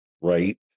right